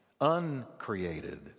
uncreated